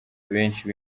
benshi